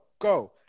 go